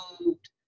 moved